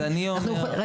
אז אני אומר את שלי.